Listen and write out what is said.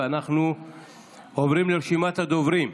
אנחנו עוברים לרשימת הדוברים.